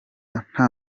nta